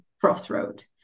crossroad